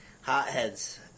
hotheads